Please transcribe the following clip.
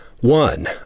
One